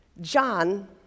John